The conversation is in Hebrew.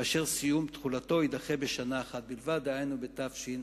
וסיום תחולתו יידחה בשנה אחת בלבד, דהיינו בתשע"ב.